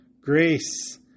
grace